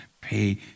pay